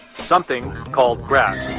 something called grass